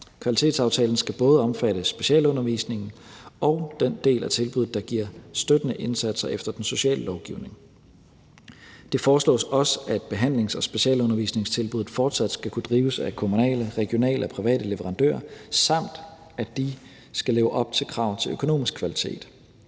Kvalitetsaftalen skal både omfatte specialundervisningen og den del af tilbuddet, der giver støttende indsatser efter sociallovgivningen. Det foreslås også, at behandlings- og specialundervisningstilbuddet fortsat skal kunne drives af kommunale, regionale og private leverandører, samt at de skal leve op til krav om økonomisk kvalitet.